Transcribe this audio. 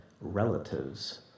relatives